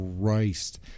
Christ